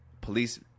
police